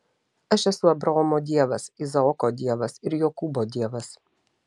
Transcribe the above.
aš esu abraomo dievas izaoko dievas ir jokūbo dievas